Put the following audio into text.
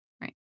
Right